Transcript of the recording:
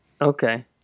Okay